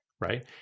right